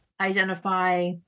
identify